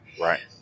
Right